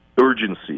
urgency